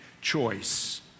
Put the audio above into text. choice